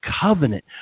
Covenant